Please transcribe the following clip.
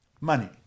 Money